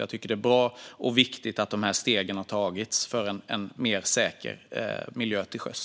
Jag tycker att det är bra och viktigt att de här stegen har tagits för en säkrare miljö till sjöss.